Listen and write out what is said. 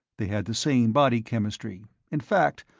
they had the same body chemistry in fact,